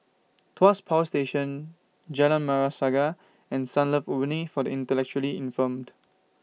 Tuas Power Station Jalan Merah Saga and Sunlove Abode For The Intellectually Infirmed